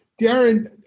Darren